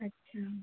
अच्छा